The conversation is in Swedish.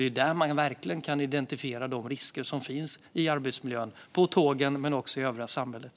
Det är ju där man verkligen kan identifiera de risker som finns i arbetsmiljön, både på tågen och i det övriga samhället.